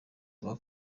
avuga